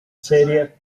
serie